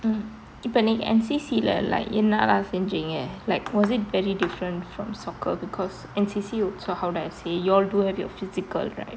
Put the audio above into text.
mmhmm இப்ப நீ:ippa nee N_C_C like என்ன எல்லாம் செஞ்சீங்க:enna ellam senjeenga like was it very different from soccer because N_C_C was how do I say you all do have your physical right